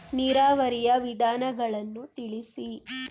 ನೀರಾವರಿಯ ವಿಧಾನಗಳನ್ನು ತಿಳಿಸಿ?